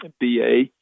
BA